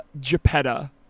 Geppetta